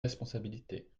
responsabilités